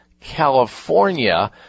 California